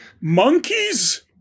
monkeys